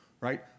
right